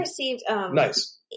nice